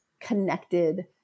connected